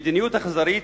מדיניות אכזרית,